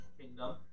kingdom